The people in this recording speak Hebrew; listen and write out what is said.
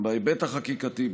בהיבט החקיקתי,